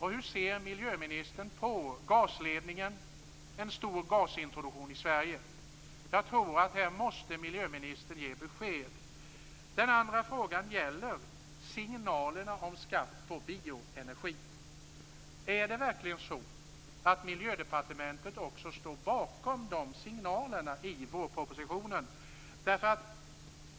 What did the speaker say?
Hur ser miljöministern på en stor gasintroduktion i Sverige? Jag tror att här måste miljöministern ge besked. Den andra frågan gäller signalerna om skatt på bioenergi. Är det verkligen så att också Miljödepartementet står bakom signalerna i vårpropositionen?